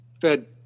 fed